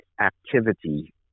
activity